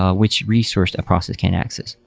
ah which resource a process can access.